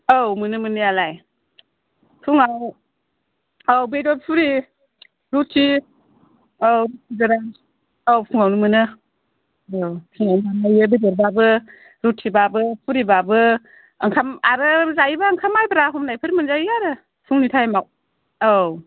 औ मोनो मोननायालाय फुङाव औ बेदर फुरि रुटि औ बेदर गोरान औ फुङावनो मोनो औ फुङावनो संखायो बेदरबाबो रुटिबाबो फुरिबाबो ओंखाम आरो जायोबा ओंखाम माइब्रा हमनायफोर मोनजायो आरो फुंनि टाइमाव औ